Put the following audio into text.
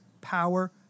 power